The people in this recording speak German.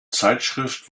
zeitschrift